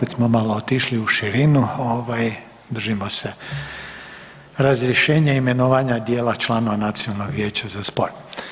Opet smo malo otišli u širinu, držimo se razrješenja i imenovanja dijela članova Nacionalnog vijeća za sport.